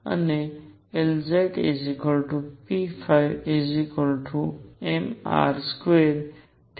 અને Lzpmr2 પણ એક કોન્સટન્ટ છે